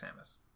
Samus